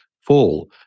fall